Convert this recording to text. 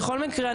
בכל מקרה,